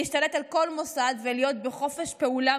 להשתלט על כל מוסד ולהיות בחופש פעולה